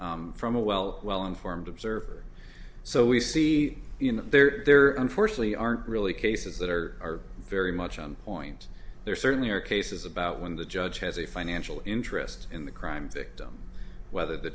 from a well well informed observer so we see there there are unfortunately aren't really cases that are very much on point there certainly are cases about when the judge has a financial interest in the crime victim whether the